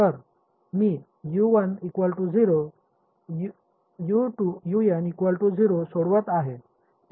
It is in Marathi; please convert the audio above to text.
तर मी सोडवत आहे त्या दिशेने सीमा अट देत आहे